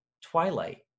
Twilight